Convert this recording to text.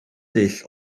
dull